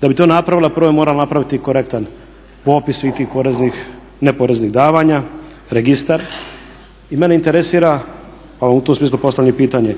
Da bi to napravila prvo je morala napraviti korektan popis svih tih poreznih, neporeznih davanja, registar. I mene interesira pa u tom smislu postavljam i pitanje,